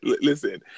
Listen